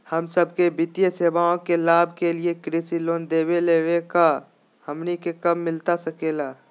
हम सबके वित्तीय सेवाएं के लाभ के लिए कृषि लोन देवे लेवे का बा, हमनी के कब मिलता सके ला?